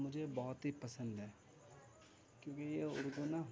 مجھے بہت ہی پسند ہے کیونکہ یہ اردو نا